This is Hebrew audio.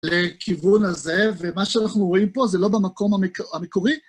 לכיוון הזה, ומה שאנחנו רואים פה זה לא במקום המקורי..